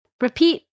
Repeat